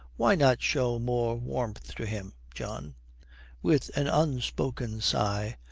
why not show more warmth to him, john with an unspoken sigh,